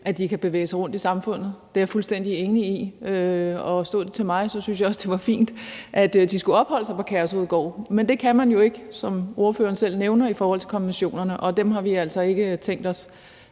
at de kan bevæge sig rundt i samfundet. Det er jeg fuldstændig enig i, og stod det til mig, ville det også være fint, at de skulle opholde sig på Kærshovedgård. Men det kan man, som ordføreren selv nævner, jo ikke gøre i forhold til konventionerne, og dem har vi altså ikke tænkt os